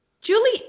Julie